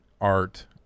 art